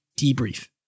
debrief